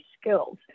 skills